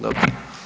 Dobro.